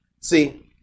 See